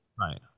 Right